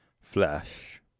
Flash